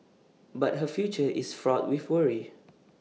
but her future is fraught with worry